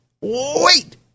wait